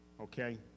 okay